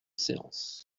séance